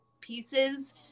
pieces